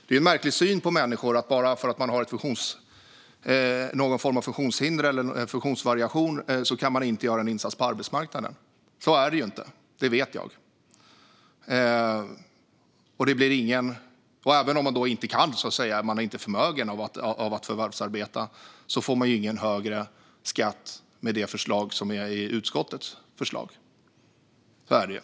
Det är en märklig syn på människor att bara för att de har någon form av funktionshinder eller funktionsvariation kan de inte göra en insats på arbetsmarknaden. Så är det inte; det vet jag. Även om man är oförmögen att förvärvsarbeta får man ingen högre skatt med utskottets förslag.